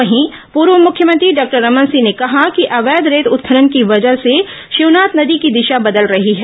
वहीं पूर्व मुख्यमंत्री डॉक्टर रमन सिंह ने कहा कि अवैध रेत उत्खनन की वजह से शिवनाथ नदी की दिशा बदल रही है